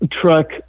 truck